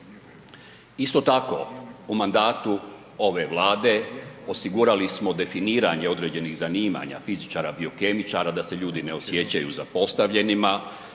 Isto tako u mandatu ove Vlade osigurali smo definiranje određenih zanimanja fizičara biokemičara da se ljudi ne osjećaju zapostavljenima.